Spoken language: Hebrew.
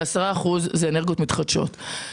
ו-10% זה אנרגיות מתחדשות.